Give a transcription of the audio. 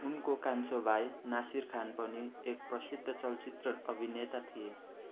उनको कान्छो भाइ नासिर खान पनि एक प्रसिद्ध चलचित्र अभिनेता थिए